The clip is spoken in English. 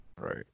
right